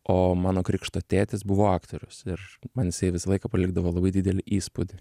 o mano krikšto tėtis buvo aktorius ir man jisai visą laiką palikdavo labai didelį įspūdį